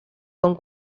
con